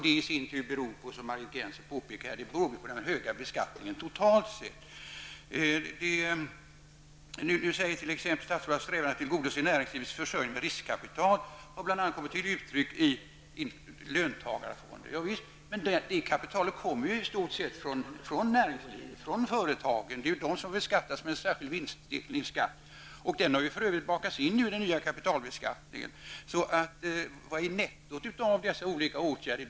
Det i sin tur beror på, som Margit Gennser påpekade, den höga beskattningen totalt sett. Statsrådet säger att han strävar efter att tillgodose näringslivets försörjning av riskkapital. Det kommer bl.a. till uttryck i löntagarfonder. Javisst. Men det kapitalet kommer i stort sett från företagen. Det är de som beskattas med en särskild vinstdelningssskatt. Den har för övrigt bakats in i den nya kapitalbeskattningen. Vad är nettot av dessa olika åtgärder?